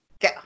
Go